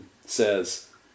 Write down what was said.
says